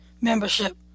membership